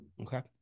okay